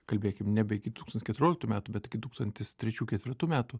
kalbėkim nebe iki tūkstantis keturioliktų metų bet iki tūkstantis trečių ketvirtų metų